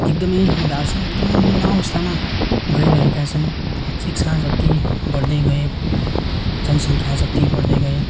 एकदमै दार्जिलिङ एकदमै निम्न अवस्थामा गइरहेका छन् शिक्षा जत्ति बढ्दै गयो जनसङ्ख्या जति बढ्दै गयो